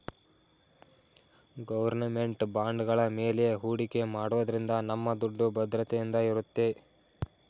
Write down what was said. government ಬಾಂಡ್ಗಳ ಮೇಲೆ ಹೂಡಿಕೆ ಮಾಡೋದ್ರಿಂದ ನಮ್ಮ ದುಡ್ಡು ಭದ್ರತೆಯಿಂದ ಇರುತ್ತೆ